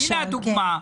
הנה הדוגמה.